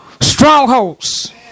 strongholds